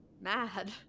mad